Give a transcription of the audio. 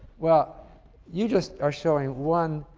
well you just are showing one